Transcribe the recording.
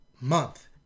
month